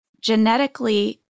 genetically